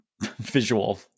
visual